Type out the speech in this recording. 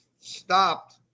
stopped